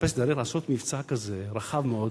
לחפש דרך לעשות מבצע כזה רחב מאוד.